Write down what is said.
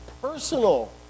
personal